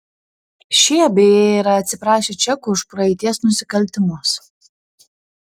šie beje yra atsiprašę čekų už praeities nusikaltimus